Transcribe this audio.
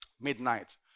midnight